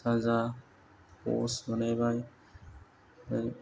साजा पस्ट बानायबाय ओमफ्राय